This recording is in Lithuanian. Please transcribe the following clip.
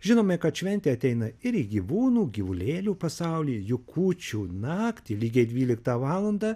žinome kad šventė ateina ir į gyvūnų gyvulėlių pasaulį juk kūčių naktį lygiai dvyliktą valandą